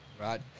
Right